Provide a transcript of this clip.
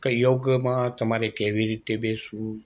કઈ યોગમાં તમારે કેવી રીતે બેસવું